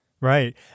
Right